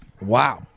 Wow